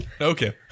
Okay